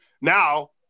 Now